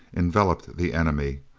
enveloped the enemy.